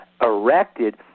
erected